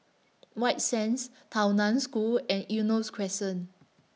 White Sands Tao NAN School and Eunos Crescent